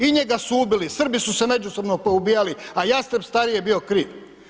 I njega su ubili, Srbi su se međusobno poubijali, a Jastreb stariji je bio kriv.